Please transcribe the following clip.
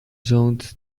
zoned